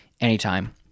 anytime